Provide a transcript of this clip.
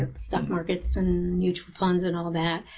ah stock markets and mutual funds and all of that.